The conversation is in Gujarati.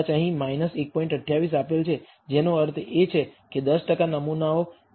28 આપેલ છે જેનો અર્થ છે કે 10 ટકા નમૂનાઓ 1